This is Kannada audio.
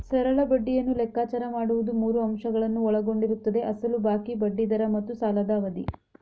ಸರಳ ಬಡ್ಡಿಯನ್ನು ಲೆಕ್ಕಾಚಾರ ಮಾಡುವುದು ಮೂರು ಅಂಶಗಳನ್ನು ಒಳಗೊಂಡಿರುತ್ತದೆ ಅಸಲು ಬಾಕಿ, ಬಡ್ಡಿ ದರ ಮತ್ತು ಸಾಲದ ಅವಧಿ